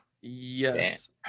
yes